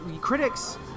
critics